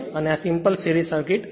અને આ simple series circuit છે